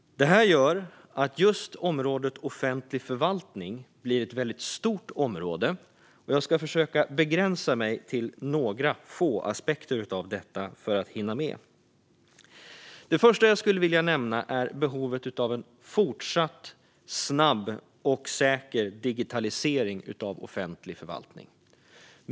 Det här gör att just området offentlig förvaltning blir ett väldigt stort område. Jag ska försöka begränsa mig till några få aspekter av detta för att hinna med. Det första jag skulle vilja nämna är behovet av en fortsatt snabb och säker digitalisering av offentlig förvaltning.